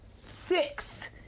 six